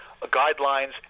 Guidelines